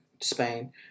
Spain